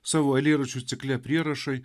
savo eilėraščių cikle prierašai